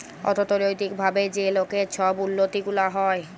অথ্থলৈতিক ভাবে যে লকের ছব উল্লতি গুলা হ্যয়